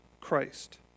Christ